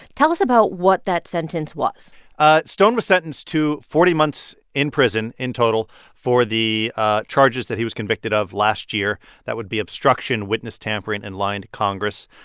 tell us about what that sentence was ah stone was sentenced to forty months in prison in total for the charges that he was convicted of last year that would be obstruction, witness tampering and lying to congress.